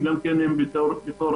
דברים: